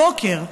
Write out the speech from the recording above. בבוקר,